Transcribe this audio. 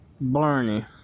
Barney